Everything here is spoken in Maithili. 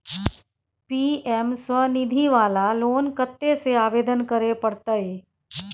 पी.एम स्वनिधि वाला लोन कत्ते से आवेदन करे परतै?